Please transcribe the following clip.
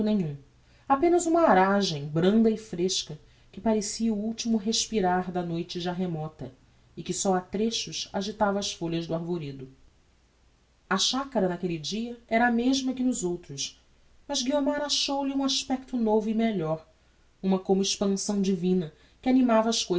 nenhum apenas uma aragem branda e fresca que parecia o ultimo respirar da noite já remota e que só a trechos agitava as folhas do arvoredo a chacara naquelle dia era a mesma que nos outros mas guiomar achou-lhe um aspecto novo e melhor uma como expansão divina que animava as